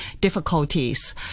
difficulties